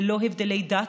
ללא הבדלי דת,